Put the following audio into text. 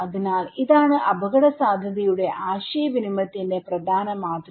അതിനാൽ ഇതാണ് അപകടസാധ്യതയുടെ ആശയവിനിമയത്തിന്റെ പ്രധാന മാതൃക